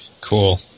Cool